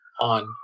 on